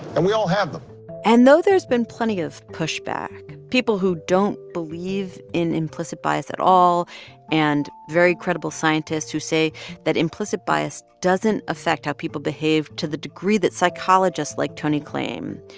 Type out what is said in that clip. and we all have them and though there's been plenty of pushback, people who don't believe in implicit bias at all and very credible scientists who say that implicit bias doesn't affect how people behave to the degree that psychologists like tony claim,